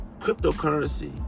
cryptocurrency